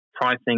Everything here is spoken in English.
pricing